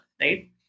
right